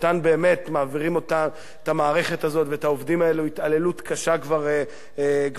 מעבירים את המערכת הזאת ואת העובדים הללו התעללות קשה כבר מזמן.